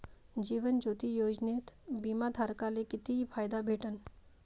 जीवन ज्योती योजनेत बिमा धारकाले किती फायदा भेटन?